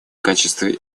качестве